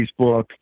Facebook